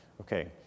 Okay